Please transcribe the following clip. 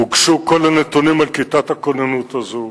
הוגשו כל הנתונים על כיתת הכוננות הזאת.